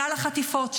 שנה לחטיפות,